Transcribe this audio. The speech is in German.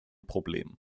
problem